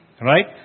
Right